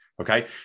Okay